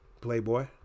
Playboy